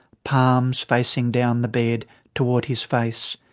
palms facing down the bed toward his face.